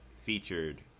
featured